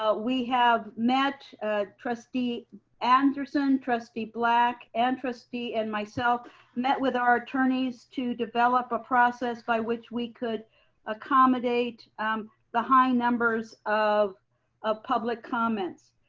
ah we have met trustee anderson, trustee black and and myself met with our attorneys to develop a process by which we could accommodate the high numbers of of public comments.